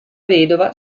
vedova